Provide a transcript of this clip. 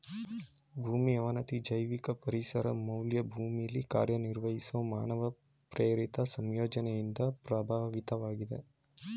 ಭೂಮಿ ಅವನತಿ ಜೈವಿಕ ಪರಿಸರ ಮೌಲ್ಯ ಭೂಮಿಲಿ ಕಾರ್ಯನಿರ್ವಹಿಸೊ ಮಾನವ ಪ್ರೇರಿತ ಸಂಯೋಜನೆಯಿಂದ ಪ್ರಭಾವಿತವಾಗಿದೆ